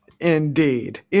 Indeed